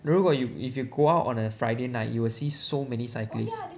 如果 if if you go out on a friday night you will see so many cyclists